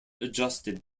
adjusted